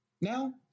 Now